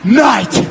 night